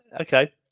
Okay